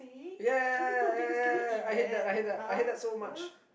ya ya ya ya ya ya I hate that I hate that I hate that so much